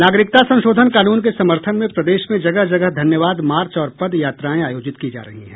नागरिकता संशोधन कानून के समर्थन में प्रदेश में जगह जगह धन्यवाद मार्च और पद यात्राएं आयोजित की जा रही है